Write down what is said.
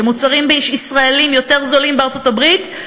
שמוצרים ישראליים יותר זולים בארצות-הברית.